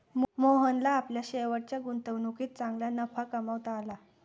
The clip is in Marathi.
मोहनला आपल्या शेवटच्या गुंतवणुकीत चांगला नफा कमावता आला